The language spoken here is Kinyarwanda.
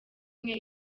umwe